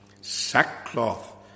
Sackcloth